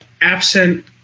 absent